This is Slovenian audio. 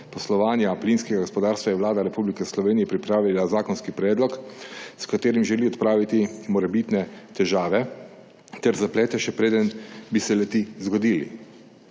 poslovanja plinskega gospodarstva je Vlada Republike Slovenije pripravila zakonski predlog, s katerim želi odpraviti morebitne težave ter zaplete, še preden bi se le ti zgodili.